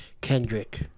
Kendrick